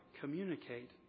communicate